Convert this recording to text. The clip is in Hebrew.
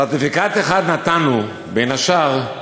סרטיפיקט אחד נתנו, בין השאר,